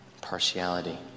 partiality